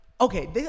okay